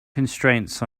constraints